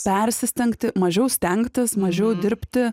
persistengti mažiau stengtis mažiau dirbti